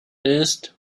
ist